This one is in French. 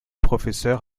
professeur